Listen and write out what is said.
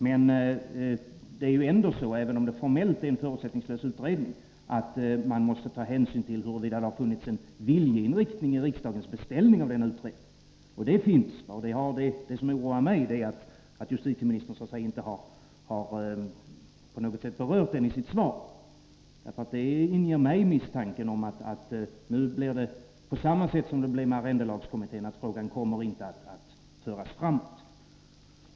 Men man måste ändå, även om det formellt är en förutsättningslös utredning, ta hänsyn till huruvida det har funnits en viljeinriktning i riksdagens beställning av denna utredning — och en sådan viljeinriktning finns. Det som oroar mig är att justitieministern inte på något sätt har berört den i sitt svar. Det inger mig misstanken att det nu blir på samma sätt som med arrendelagskommittén; frågan kommer inte att föras framåt.